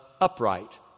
upright